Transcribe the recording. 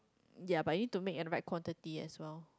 ya but need to make and write quantity as well